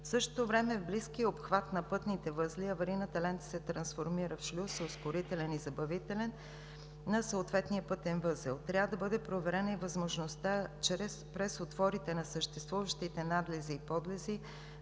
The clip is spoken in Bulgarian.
В същото време в близкия обхват на пътните възли аварийната лента се трансформира в шлюз – ускорителен и забавителен, на съответния пътен възел. Трябва да бъде проверена и възможността през отворите на съществуващите надлези и подлези